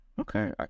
Okay